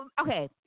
okay